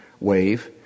wave